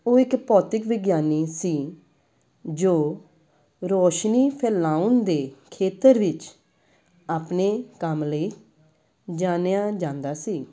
ਉਹ ਇੱਕ ਭੌਤਿਕ ਵਿਗਿਆਨੀ ਸੀ ਜੋ ਰੋਸ਼ਨੀ ਫੈਲਾਉਣ ਦੇ ਖੇਤਰ ਵਿੱਚ ਆਪਣੇ ਕੰਮ ਲਈ ਜਾਣਿਆ ਜਾਂਦਾ ਸੀ